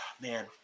man